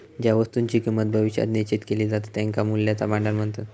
ज्या वस्तुंची किंमत भविष्यात निश्चित केली जाता त्यांका मूल्याचा भांडार म्हणतत